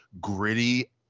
gritty